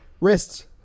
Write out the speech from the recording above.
Wrists